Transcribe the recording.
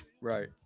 Right